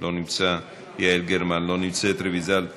לא נמצא, יעל גרמן, לא נמצאת, רויטל סויד,